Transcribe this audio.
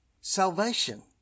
Salvation